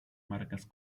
marcas